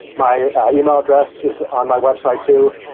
my email address is on my website too.